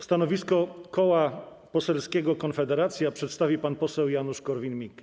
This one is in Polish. Stanowisko Koła Poselskiego Konfederacja przedstawi pan poseł Janusz Korwin-Mikke.